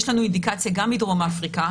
יש לנו אינדיקציה גם מדרום אפריקה,